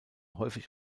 häufig